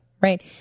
right